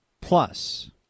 plus